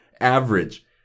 average